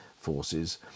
forces